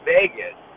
Vegas